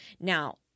Now